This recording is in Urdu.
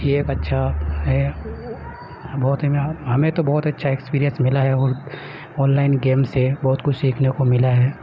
یہ ایک اچھا ہے بہت ہی میں ہمیں تو بہت اچھا ایکسپیرئس ملا ہے اور آن لائن گیم سے بہت کچھ سیکھنے کو ملا ہے